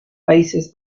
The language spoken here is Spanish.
países